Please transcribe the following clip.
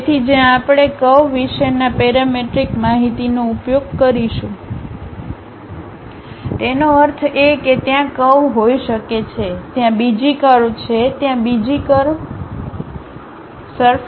તેથી જ્યાં આપણે કરવ વિશેના પેરામેટ્રિક માહિતીનો ઉપયોગ કરીશું તેનો અર્થ એ કે ત્યાં કરવ હોઈ શકે છે ત્યાં બીજી કરવ છે ત્યાં બીજી કરવ છે ત્યાં બીજી કરવ છે